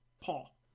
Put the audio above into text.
Paul